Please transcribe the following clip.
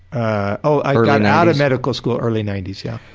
i got out of medical school early ninety s, yeah.